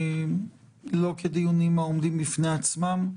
לא כדיונים העומדים בפני עצמם,